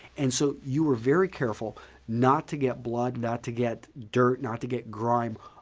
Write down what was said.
and so, you are very careful not to get blood, not to get dirt, not to get grime,